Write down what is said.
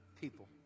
people